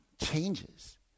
changes